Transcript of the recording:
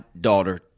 daughter